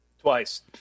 Twice